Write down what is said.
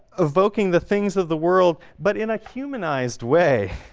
evoking the things of the world but in a humanized way,